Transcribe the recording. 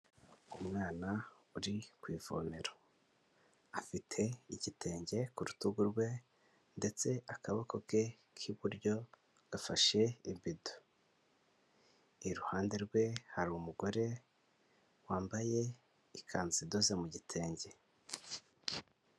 Umwana uri ku ivomero, afite igitenge ku rutugu rwe ndetse akaboko ke k'iburyo gafashe ibido, iruhande rwe hari umugore wambaye ikanzu idoze mu gitenge.